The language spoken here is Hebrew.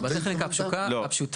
בטכניקה, בטכניקה הפשוטה.